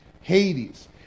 Hades